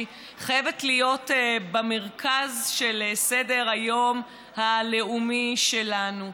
חייבת להיות במרכז של סדר-היום הלאומי שלנו.